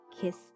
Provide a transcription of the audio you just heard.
Kiss